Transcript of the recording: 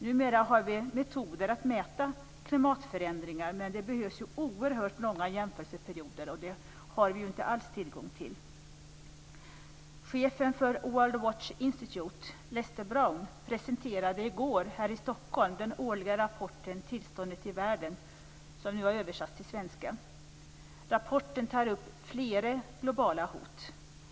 Numera har vi metoder att mäta klimatförändringar, men det behövs ju oerhört långa jämförelseperioder, och det har vi inte alls tillgång till. Chefen för Worldwatch Institute, Lester Brown, presenterade i går här i Stockholm den årliga rapporten Tillståndet i världen som nu har översatts till svenska. Rapporten tar upp flera globala hot.